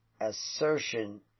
assertion